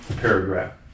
paragraph